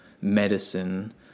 medicine